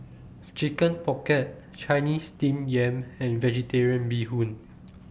Chicken Pocket Chinese Steamed Yam and Vegetarian Bee Hoon